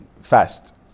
fast